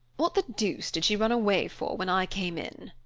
what the deuce did she run away for, when i came in?